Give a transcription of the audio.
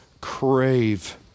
crave